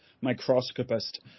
microscopist